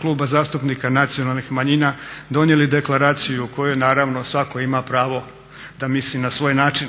Kluba zastupnika Nacionalnih manjina donijeli Deklaraciju o kojoj naravno svatko ima pravo da misli na svoj način.